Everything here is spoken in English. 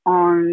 on